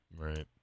Right